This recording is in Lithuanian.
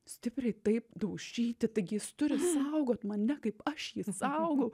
stipriai taip daužyti taigi jis turi saugot mane kaip aš jį saugau